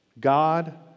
God